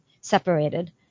separated